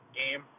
game